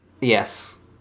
Yes